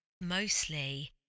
mostly